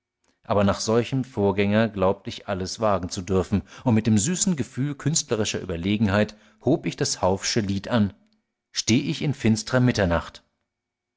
aber nach solchem vorgänger glaubt ich alles wagen zu dürfen und mit dem süßen gefühl künstlerischer überlegenheit hob ich das hauffsche lied an steh ich in finstrer mitternacht